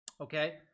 Okay